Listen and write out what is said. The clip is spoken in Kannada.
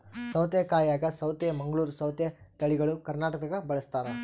ಸೌತೆಕಾಯಾಗ ಸೌತೆ ಮಂಗಳೂರ್ ಸೌತೆ ತಳಿಗಳು ಕರ್ನಾಟಕದಾಗ ಬಳಸ್ತಾರ